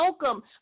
welcome